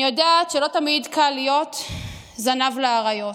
אני יודעת שלא תמיד קל להיות זנב לאריות,